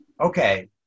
Okay